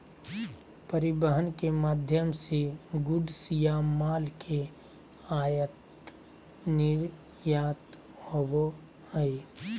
परिवहन के माध्यम से गुड्स या माल के आयात निर्यात होबो हय